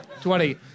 Twenty